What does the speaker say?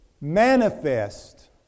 manifest